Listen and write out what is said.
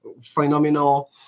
phenomenal